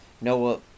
Noah